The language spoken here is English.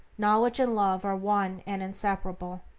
knowledge and love are one and inseparable.